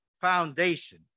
foundation